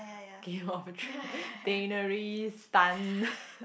Game-of-Throne Daenerys Tan